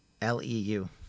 L-E-U